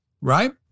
right